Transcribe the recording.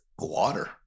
water